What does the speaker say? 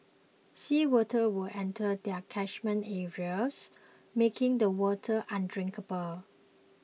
sea water would enter their catchment areas making the water undrinkable